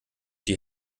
die